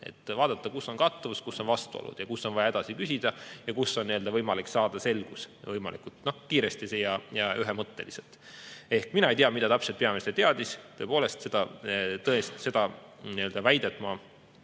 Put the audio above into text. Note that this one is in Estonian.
Vaadata, kus on kattuvus, kus on vastuolud, kus on vaja edasi küsida ja kus on nii-öelda võimalik saada selgus võimalikult kiiresti ja ühemõtteliselt. Mina ei tea, mida täpselt peaminister teadis. Tõepoolest, seda väidet ma